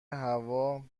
هوا